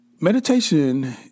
Meditation